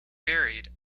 buried